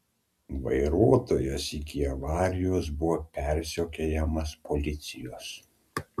vairuotojas iki avarijos buvo persekiojamas policijos